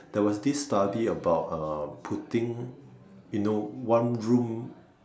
there was this study about uh putting you know one room